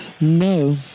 No